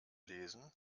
lesen